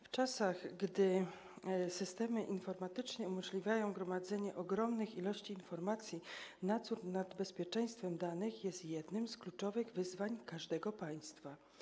W czasach gdy systemy informatyczne umożliwiają gromadzenie ogromnych ilości informacji, nadzór nad bezpieczeństwem danych jest jednym z kluczowych wyzwań każdego państwa.